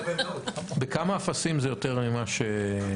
בכמה אפסים זה יותר מלא מעט?